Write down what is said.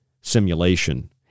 simulation